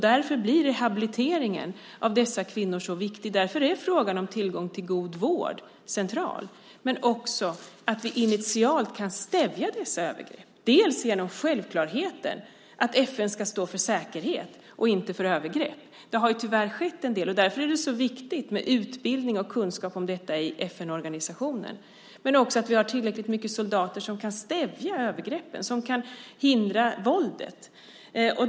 Därför blir rehabilitering av dessa kvinnor så viktig. Därför är frågan om tillgång till god vård central, men centralt är också att vi initialt kan stävja dessa övergrepp, delvis genom självklarheten att FN ska stå för säkerhet och inte för övergrepp. Det har ju tyvärr skett en del. Därför är det så viktigt med utbildning och kunskap om detta i FN-organisationen, men också att vi har tillräckligt mycket soldater som kan stävja övergreppen och hindra våldet.